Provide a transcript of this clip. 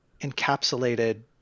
encapsulated